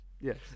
Yes